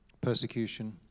persecution